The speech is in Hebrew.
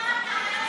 אני אמרתי: